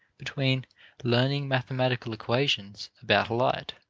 between learning mathematical equations about light